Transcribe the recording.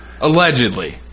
Allegedly